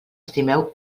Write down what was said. estimeu